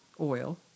oil